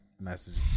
message